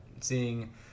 seeing